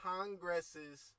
Congress's